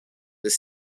this